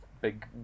big